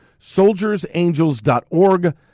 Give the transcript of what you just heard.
soldiersangels.org